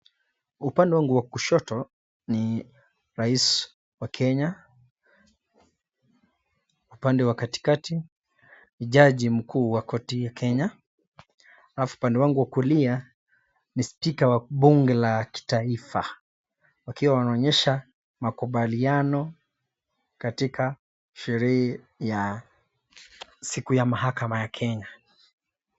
Upande wangu wa kushoto ni rais wa kenya, upande wa katikati ni jaji mkuu wa wa kotini kenya, alafu upande wangu wa kulia ni spika wa wabunge la kitaifa, wakiwa wanaonesha makubaliano katika sherehe ya siku ya mahakama ya kenya.